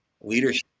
leadership